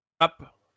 up